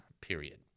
period